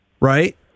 right